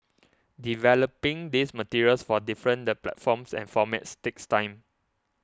developing these materials for different the platforms and formats takes time